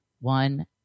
One